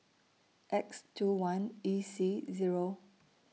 X two one E C Zero